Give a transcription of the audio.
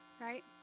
right